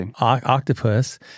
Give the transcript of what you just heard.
octopus